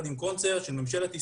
של ממשלת ישראל,